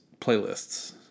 playlists